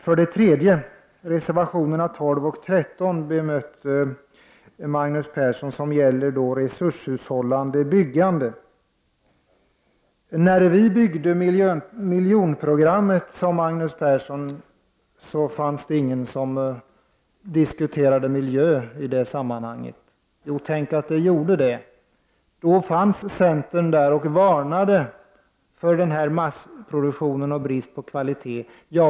För det tredje bemötte Magnus Persson reservationerna 12 och 13 om resurshushållande byggande. Magnus Persson sade: När vi byggde miljonprogrammet fanns det inte någon som diskuterade miljö i det sammanhanget. Jo, tänk att det gjorde det. Centern fanns där och varnade för denna massproduktion och brist på kvalitet.